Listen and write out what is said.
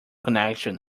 connection